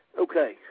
Okay